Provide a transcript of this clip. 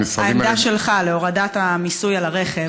המשרדים, העמדה שלך, בדבר הורדת המיסוי על הרכב.